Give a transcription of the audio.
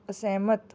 ਅਸਹਿਮਤ